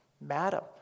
madam